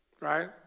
right